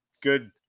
good